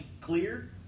clear